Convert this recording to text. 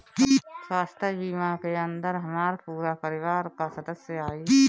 स्वास्थ्य बीमा के अंदर हमार पूरा परिवार का सदस्य आई?